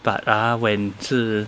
but ah when 是